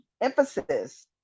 emphasis